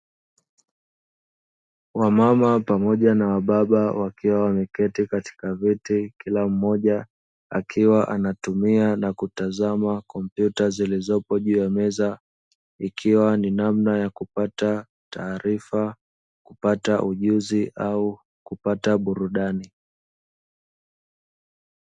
Wamama pamoja na wababa wakiwa wameketi katika vyeti kila mmoja akiwa anatumia na kutazama kompyuta zilizopo juu ya meza, ikiwa ni namna ya kupata taarifa, ujuzi au kupata burudani.